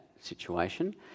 situation